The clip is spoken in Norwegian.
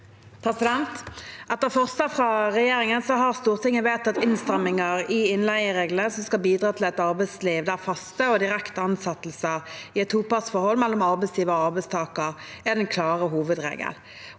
Etter for- slag fra regjeringen har Stortinget vedtatt innstramminger i innleiereglene, som skal bidra til et arbeidsliv der faste og direkte ansettelser i et topartsforhold mellom arbeidsgiver og arbeidstaker er den klare hovedregel.